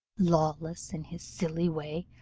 lawless, in his silly way,